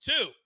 two